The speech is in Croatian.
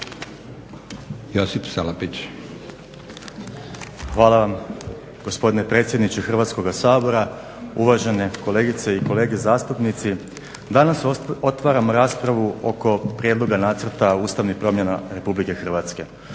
Josip (HDSSB)** Hvala gospodine predsjedniče Hrvatskoga sabora. Uvažene kolegice i kolege zastupnici. Danas otvaramo raspravu oko Prijedloga nacrta ustavnih promjena Republike Hrvatske.